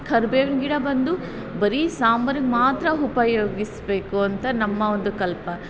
ಕರ್ಬೇವಿನ ಗಿಡ ಬಂದು ಬರೀ ಸಾಂಬಾರಿಗೆ ಮಾತ್ರ ಉಪಯೋಗಿಸ್ಬೇಕು ಅಂತ ನಮ್ಮ ಒಂದು ಕಲ್ಪ